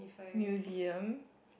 museum